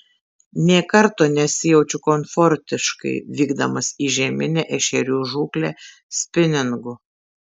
nė karto nesijaučiu komfortiškai vykdamas į žieminę ešerių žūklę spiningu